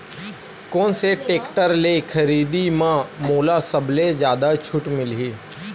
कोन से टेक्टर के खरीदी म मोला सबले जादा छुट मिलही?